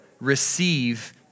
receive